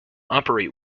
operate